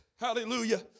Hallelujah